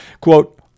Quote